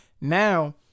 Now